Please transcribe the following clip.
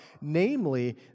Namely